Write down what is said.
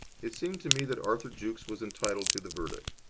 it seemed to me that arthur jukes was entitled to the verdict.